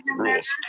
rules.